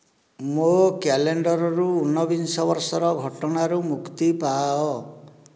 ମୋ କ୍ୟାଲେଣ୍ଡରରୁ ଉନବିଂଶ ବର୍ଷର ଘଟଣାରୁ ମୁକ୍ତି ପାଅ